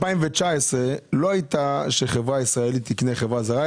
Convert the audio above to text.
בעצם הציפייה שלך ב-2019 לא הייתה שחברה ישראלית תקנה חברה זרה,